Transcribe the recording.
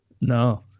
No